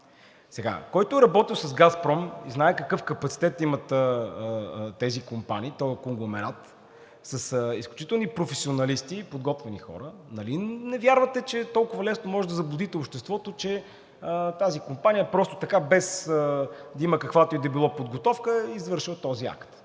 това. Който е работил с „Газпром“ и знае какъв капацитет имат тези компании, този конгломерат с изключителни професионалисти, подготвени хора, нали не вярвате, че толкова лесно може да заблудите обществото, че тази компания просто така, без да има каквато и да било подготовка, е извършила този акт?